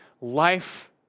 life